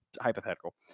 hypothetical